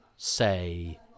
say